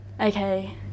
Okay